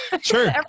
Sure